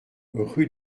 rue